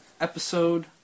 Episode